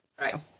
Right